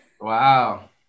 Wow